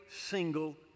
single